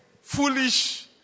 foolish